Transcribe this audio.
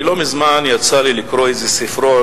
לא מזמן יצא לי לקרוא איזה ספרון,